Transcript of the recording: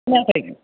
खोनायाखै